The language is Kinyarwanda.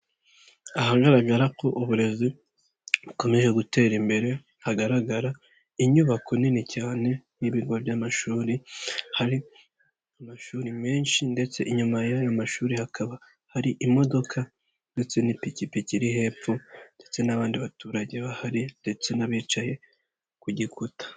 Ahagaragara ko uburezi bukomeje gutera imbere hagaragara inyubako nini cyane y'ibigo by'amashuri, hari amashuri menshi ndetse inyuma y'ayo mashuri hakaba hari imodoka ndetse n'ipikipikiri iri hepfo ndetse n'abandi baturage bahari ndetse n'abicaye ku gikuta.